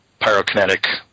pyrokinetic